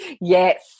yes